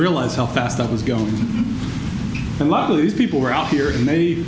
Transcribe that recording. realize how fast i was going and a lot of these people were out here and they